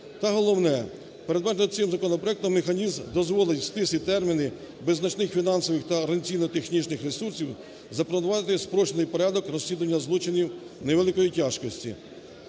та, головне, передбачений цим законопроектом механізм дозволить у стислі терміни без значних фінансових та організаційно-технічних ресурсів запропонувати спрощений порядок розслідування злочинів невеликої тяжкості,